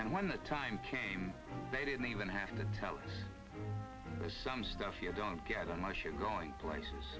and when the time came they didn't even have to tell us there's some stuff you don't get unless you're going places